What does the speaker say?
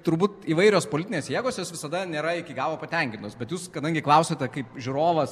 turbūt įvairios politinės jėgos jos visada nėra iki galo patenkintos bet jūs kadangi klausiate kaip žiūrovas